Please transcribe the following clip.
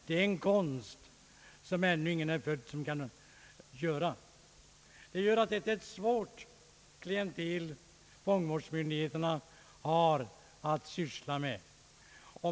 Det är nämligen ibland ett mycket svårt klientel som fångvårdsmyndigheterna har att arbeta med.